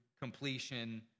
completion